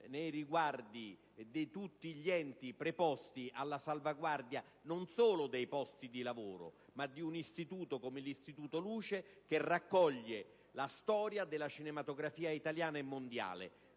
nei riguardi di tutti gli enti preposti alla salvaguardia non solo dei posti di lavoro, ma di un ente, come l'Istituto Luce, che raccoglie la storia della cinematografia italiana e mondiale.